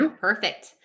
Perfect